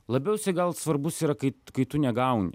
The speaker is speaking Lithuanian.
labiausiai gal svarbus yra kait kai tu negauni